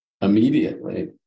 immediately